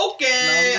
Okay